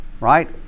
Right